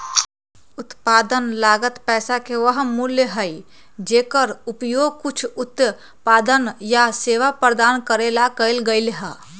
उत्पादन लागत पैसा के वह मूल्य हई जेकर उपयोग कुछ उत्पादन या सेवा प्रदान करे ला कइल गयले है